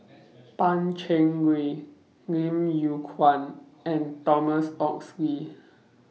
Pan Cheng Lui Lim Yew Kuan and Thomas Oxley